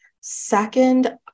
Second